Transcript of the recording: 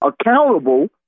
accountable